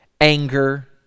Anger